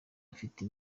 afite